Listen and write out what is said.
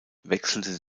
wechselte